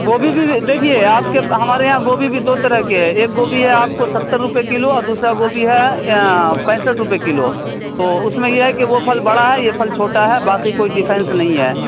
گوبھی بھی دیکھیے آپ کے ہمارے یہاں گوبھی بھی دو طرح کے ہیں ایک گوبھی ہے آپ کو ستر روپے کلو اور دوسرا گوبھی ہے پینسٹھ روپے کلو تو اس میں یہ ہے کہ وہ پھل بڑا ہے یہ پھل چھوٹا ہے باقی کوئی ڈفرینس نہیں ہے